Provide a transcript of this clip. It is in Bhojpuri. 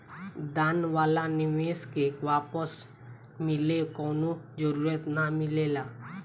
दान वाला निवेश के वापस मिले कवनो जरूरत ना मिलेला